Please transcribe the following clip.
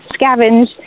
scavenge